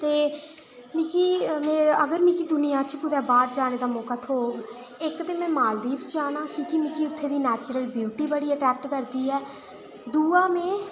ते मिकी अगर दुनियां च कुते बाहर जाने दा मोका थोह्ग इक ते में मालदीप जाना ते कियां की मीं उत्थे दी नेचरुल बियूटी बडी अटरैक्ट करदी ऐ दूआ में